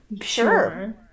Sure